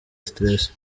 stress